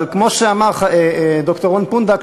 אבל כמו שאמר ד"ר רון פונדק,